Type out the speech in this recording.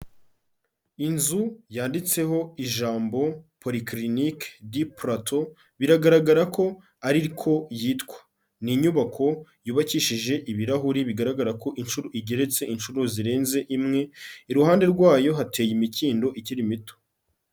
Inzu yanditseho ijambo polyclinique du plateau biragaragara ko ariko yitwa. Ni inyubako yubakishije ibirahuri bigaragara ko inshuro igeretse inshuro zirenze imwe. Iruhande rwayo hateye imikindo ikiri mito.